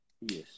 Yes